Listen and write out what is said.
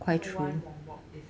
so one wombok is